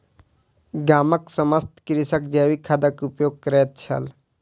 गामक समस्त कृषक जैविक खादक उपयोग करैत छल